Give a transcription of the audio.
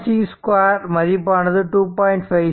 6 square மதிப்பானது 2